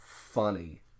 funny